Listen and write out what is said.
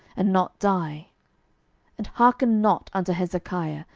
and not die and hearken not unto hezekiah,